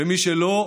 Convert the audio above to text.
ומי שלא,